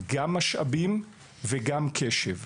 גם משאבים וגם קשב.